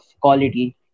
quality